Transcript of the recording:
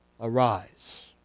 Arise